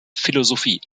philosophie